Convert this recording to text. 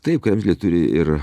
taip kremzlė turi ir